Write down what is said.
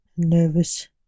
nervous